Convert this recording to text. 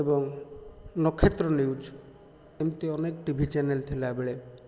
ଏବଂ ନକ୍ଷେତ୍ର ନ୍ୟୁଜ୍ ଏମତି ଅନେକ ଟିଭି ଚ୍ୟାନେଲ୍ ଥିଲାବେଳେ